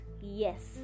yes